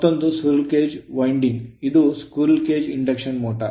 ಮತ್ತೊಂದು squirrel cage winding ಅದು squirrel cage induction motor